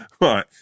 Right